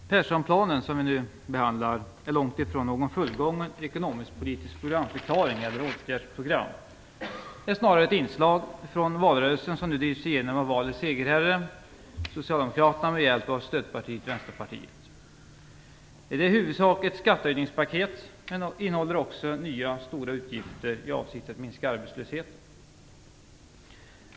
Fru talman! Persson-planen, som vi nu behandlar, är långt ifrån någon fullgången ekonomisk-politisk programförklaring eller något motsvarande åtgärdsprogram. Det är snarare ett inslag från valrörelsen som nu drivs igenom av valets segerherre, Socialdemokraterna, med hjälp av stödpartiet Vänsterpartiet. Det är i huvudsak ett skattehöjningspaket, men det innehåller också nya stora utgifter syftande till att minska arbetslösheten.